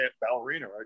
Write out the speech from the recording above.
ballerina